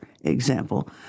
example